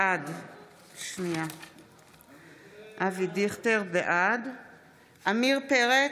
בעד עמיר פרץ,